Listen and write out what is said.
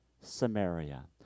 Samaria